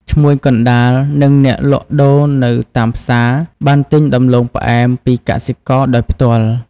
ឈ្មួញកណ្ដាល និងអ្នកលក់ដូរនៅតាមផ្សារបានទិញដំឡូងផ្អែមពីកសិករដោយផ្ទាល់។